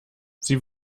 sie